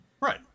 right